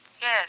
Yes